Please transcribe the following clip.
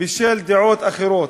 בשל דעות אחרות.